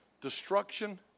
Destruction